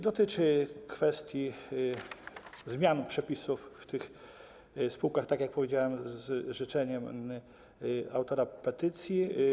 Dotyczy kwestii zmiany przepisów w tych spółkach, tak jak powiedziałem, z życzeniem autora petycji.